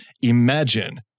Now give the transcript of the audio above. Imagine